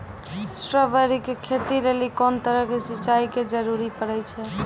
Strawberry के खेती लेली कोंन तरह के सिंचाई के जरूरी पड़े छै?